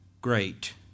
great